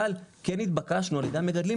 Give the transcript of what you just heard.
אבל כן התבקשנו על ידי המגדלים,